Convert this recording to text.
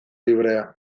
librea